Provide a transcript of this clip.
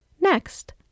next